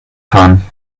fahren